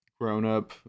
grown-up